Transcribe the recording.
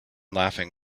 laughing